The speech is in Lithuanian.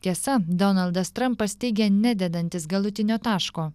tiesa donaldas trampas teigė nededantis galutinio taško